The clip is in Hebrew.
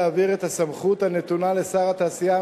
להעביר את הסמכות הנתונה לשר התעשייה,